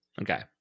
Okay